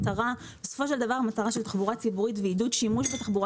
בסופו של דבר המטרה של תחבורה ציבורית ועידוד שימוש בתחבורה